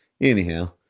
anyhow